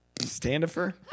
Standifer